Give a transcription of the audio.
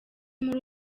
muri